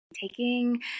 taking